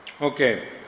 Okay